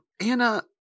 Anna